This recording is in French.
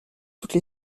toutes